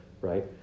right